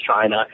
China